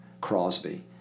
Crosby